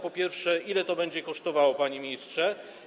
Po pierwsze, ile to będzie kosztowało, panie ministrze?